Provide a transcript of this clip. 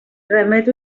remet